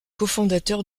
cofondateur